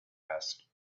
asked